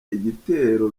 igitero